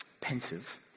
pensive